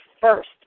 first